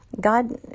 God